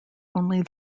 only